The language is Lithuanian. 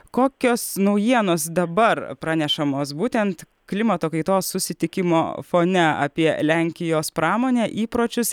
kokios naujienos dabar pranešamos būtent klimato kaitos susitikimo fone apie lenkijos pramonę įpročius